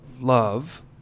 love